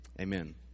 Amen